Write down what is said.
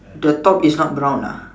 the top is not brown ah